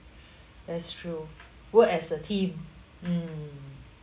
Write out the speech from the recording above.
that's true work as a team mm